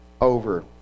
over